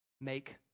Make